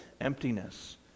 emptiness